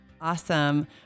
Awesome